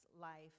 life